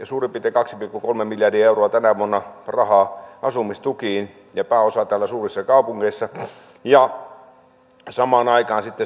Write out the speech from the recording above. suurin piirtein kaksi pilkku kolme miljardia euroa tänä vuonna kaikkinensa rahaa asumistukiin ja pääosa täällä suurissa kaupungeissa samaan aikaan sitten